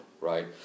right